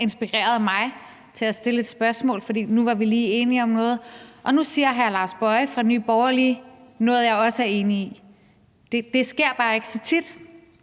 inspirerede mig til at stille et spørgsmål, for nu var vi lige enige om noget, og nu siger hr. Lars Boje Mathiesen fra Nye Borgerlige noget, jeg også er enig i. Det sker bare ikke så tit,